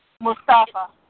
Mustafa